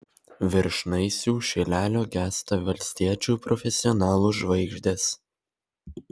virš naisių šilelio gęsta valstiečių profesionalų žvaigždės